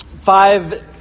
five